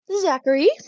Zachary